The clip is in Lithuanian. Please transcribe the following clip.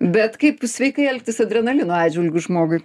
bet kaip sveikai elgtis adrenalino atžvilgiu žmogui